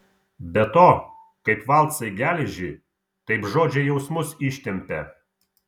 be to kaip valcai geležį taip žodžiai jausmus ištempia